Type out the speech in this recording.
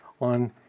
on